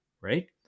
right